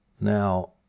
Now